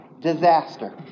Disaster